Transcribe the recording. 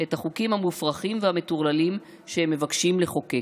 את החוקים המופרכים והמטורללים שהם מבקשים לחוקק